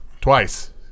twice